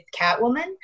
Catwoman